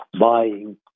buying